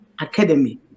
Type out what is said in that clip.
Academy